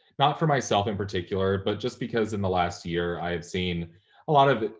not for myself in particular, but just because in the last year, i have seen a lot of